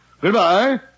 Goodbye